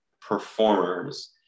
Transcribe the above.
performers